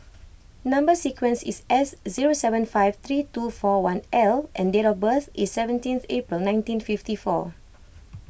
Number Sequence is S zero seven five three two four one L and date of birth is seventeen April nineteen fifty four